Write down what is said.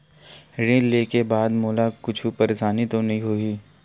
ऋण लेके बाद मोला कुछु परेशानी तो नहीं होही?